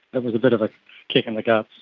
it was a bit of a kick in the guts.